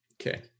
Okay